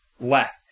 left